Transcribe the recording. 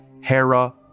Hera